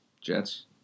Jets